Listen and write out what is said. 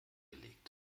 gelegt